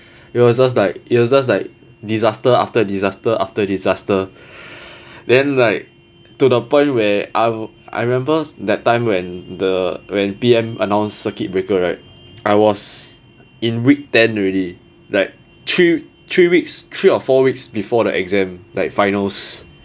it was just like it was just like disaster after disaster after disaster then like to the point where I'll I remember that time when the when P_M announced circuit breaker right I was in week ten already like three three weeks three or four weeks before the exam like finals